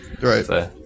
Right